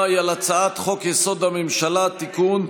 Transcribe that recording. היא על הצעת חוק-יסוד: הממשלה (תיקון,